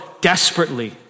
desperately